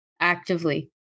actively